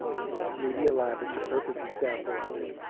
and media lab is a perfect example of it.